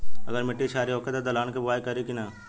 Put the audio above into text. अगर मिट्टी क्षारीय होखे त दलहन के बुआई करी की न?